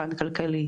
מבחן כלכלי,